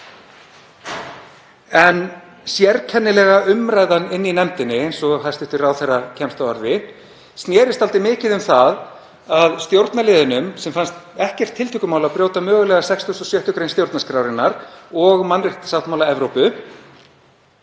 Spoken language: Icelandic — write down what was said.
En sérkennilega umræðan í nefndinni, eins og hæstv. ráðherra kemst að orði, snerist dálítið mikið um að stjórnarliðunum, sem fannst ekkert tiltökumál að brjóta mögulega 66. gr. stjórnarskrárinnar og mannréttindasáttmála Evrópu,